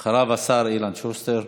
אחריו, השר אלון שוסטר.